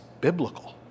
biblical